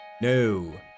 No